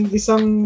isang